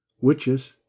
witches